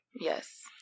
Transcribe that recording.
Yes